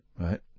right